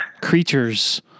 creatures